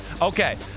Okay